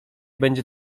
będzie